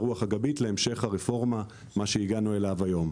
הרוח הגבית להמשך הרפורמה של מה שהגענו אליו היום.